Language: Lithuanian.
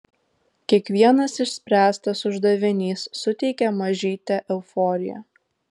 kiekvienas išspręstas uždavinys suteikia mažytę euforiją